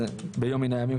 אז ביום מן הימים,